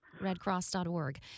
Redcross.org